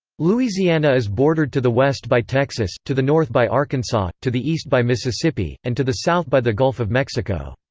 louisiana is bordered to the west by texas to the north by arkansas to the east by mississippi and to the south by the gulf of mexico.